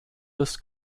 des